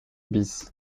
bis